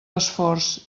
esforç